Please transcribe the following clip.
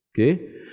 okay